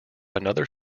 another